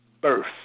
birth